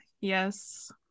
Yes